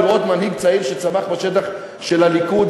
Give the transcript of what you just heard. לראות מנהיג צעיר שצמח בשטח של הליכוד,